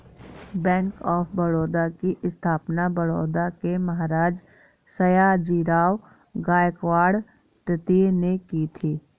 bank of Baroda की स्थापना बड़ौदा के महाराज सयाजीराव गायकवाड तृतीय ने की थी